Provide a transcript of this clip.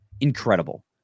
Incredible